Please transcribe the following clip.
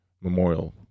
memorial